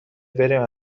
بریم